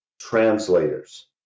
translators